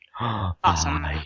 Awesome